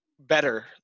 Better